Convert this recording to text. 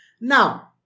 now